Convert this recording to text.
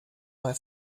bei